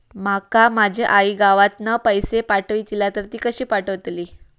माका माझी आई गावातना पैसे पाठवतीला तर ती कशी पाठवतली?